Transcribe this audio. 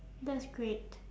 that's great